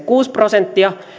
kuusi prosenttia